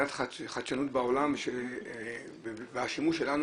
מדינת חדשנות בעולם והשימוש שלנו,